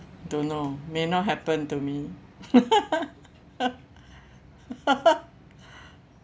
don't know may not happen to me